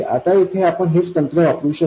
आता येथे आपण हेच तंत्र वापरु शकतो